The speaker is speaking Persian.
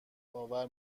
آور